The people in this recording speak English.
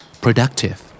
Productive